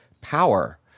power